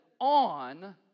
on